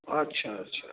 अच्छा अच्छा